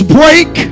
break